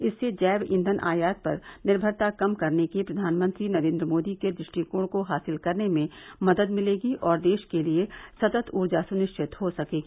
इससे जैव ईंघन आयात पर निर्मरता कम करने के प्रधानमंत्री नरेन्द्र मोदी के द भ्टिकोण को हासिल करने में मदद मिलेगी और देश के लिए सतत ऊर्जा सुनिश्चित हो सकेगी